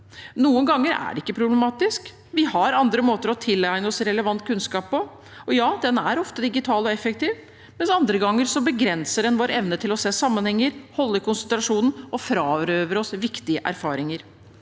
Noen ganger er det ikke problematisk. Vi har andre måter å tilegne oss relevant kunnskap på, og ja, den er ofte digital og effektiv. Men andre ganger begrenser den vår evne til å se sammenhenger, holde konsentrasjonen og frarøver oss viktige erfaringer.